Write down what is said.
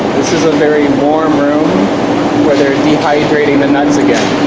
this is a very warm room where they're dehydrating the nuts again